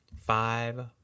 five